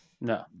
No